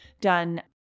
done